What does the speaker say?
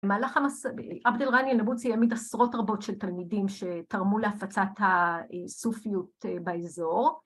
‫במהלך המסע, עבד אל-ע'ני א-נאבולסי ‫העמיד עשרות רבות של תלמידים ‫שתרמו להפצת הסופיות באזור.